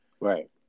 Right